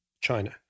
China